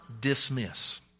dismiss